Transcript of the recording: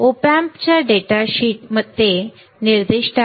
Op amp data sheet ते निर्दिष्ट करते